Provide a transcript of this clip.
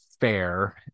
fair